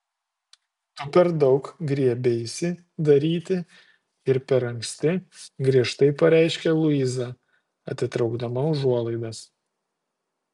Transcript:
tu per daug griebeisi daryti ir per anksti griežtai pareiškė luiza atitraukdama užuolaidas